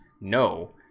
no